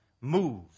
move